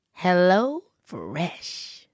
HelloFresh